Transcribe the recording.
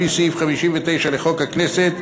לפי סעיף 59 לחוק הכנסת,